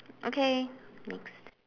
okay next